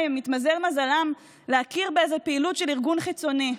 אם כן התמזל מזלם להכיר באיזו פעילות של ארגון חיצוני,